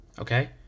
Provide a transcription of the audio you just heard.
Okay